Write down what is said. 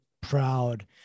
proud